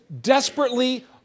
desperately